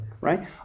right